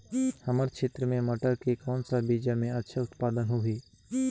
हमर क्षेत्र मे मटर के कौन सा बीजा मे अच्छा उत्पादन होही?